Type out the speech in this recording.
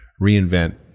reinvent